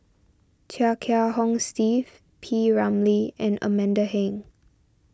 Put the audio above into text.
Chia Kiah Hong Steve P Ramlee and Amanda Heng